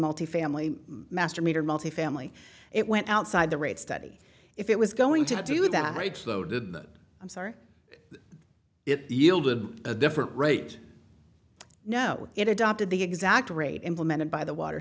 multifamily master meter multifamily it went outside the rate study if it was going to do that right slow did that i'm sorry it yielded a different rate no it adopted the exact rate implemented by the water